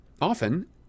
often